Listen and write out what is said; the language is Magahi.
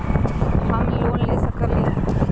हम लोन ले सकील?